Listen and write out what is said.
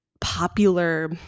popular